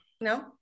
No